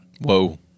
Whoa